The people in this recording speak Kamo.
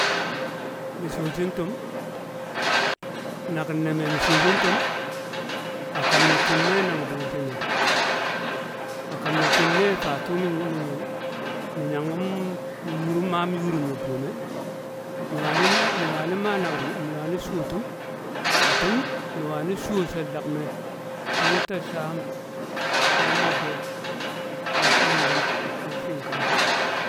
mi̱ sho̱ shi̱n tu̱m, naki̱n ne̱ me̱ mi̱ sho̱ shi̱n tu̱m, a kamne̱ tu̱m me̱ nang bu̱u̱r she̱ nai a kam ne̱ tu̱m me̱ fa tu̱ -mi̱ mam nyanku̱m me̱ yu̱ru̱m. mi̱ mam yu̱ru̱m ne̱ du̱re̱ me̱ wani maa naki̱n, mi wani̱ sho̱ tu̱m. a tum mi wani sho̱ she̱l dangkme̱, tu̱ nta sham, na mo̱ddo̱ na shangu̱m na shinkafa